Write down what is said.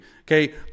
Okay